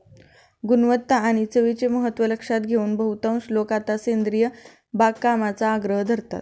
गुणवत्ता आणि चवीचे महत्त्व लक्षात घेऊन बहुतांश लोक आता सेंद्रिय बागकामाचा आग्रह धरतात